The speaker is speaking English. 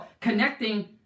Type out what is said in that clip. connecting